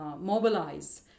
mobilize